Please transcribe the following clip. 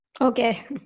Okay